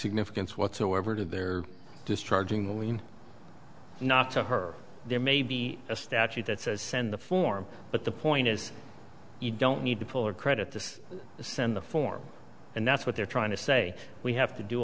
significance whatsoever to their destructing when not to her there may be a statute that says send the form but the point is you don't need to pull or credit this to send the form and that's what they're trying to say we have to do